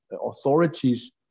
authorities